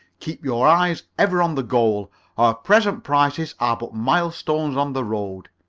keep your eyes ever on the goal. our present prices are but milestones on the road.